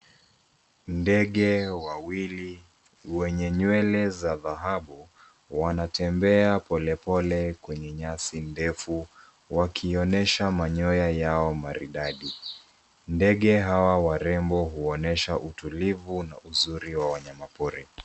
Ndege wawili wenye nywele za dhahabu, wanatembea polepole kwenye nyasi ndefu, wakionyesha manyoya yao maridadi. Ndege hawa warembo huonyesha utulivu na uzuri wa wanyama pori.